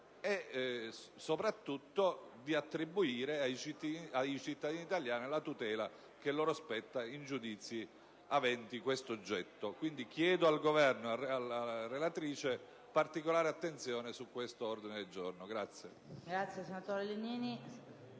e soprattutto di attribuire ai cittadini italiani la tutela che loro spetta in giudizi aventi questo oggetto. Chiedo al Governo e alla relatrice particolare attenzione su questo ordine del giorno.